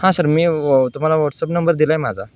हां सर मी व तुम्हाला व्हॉट्सअप नंबर दिला आहे माझा